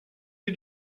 did